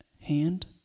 hand